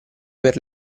per